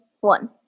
one